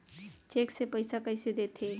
Cheque से पइसा कइसे देथे?